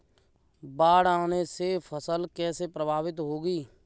बाढ़ आने से फसल कैसे प्रभावित होगी?